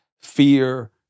Fear